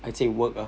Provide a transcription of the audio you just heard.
I think work ah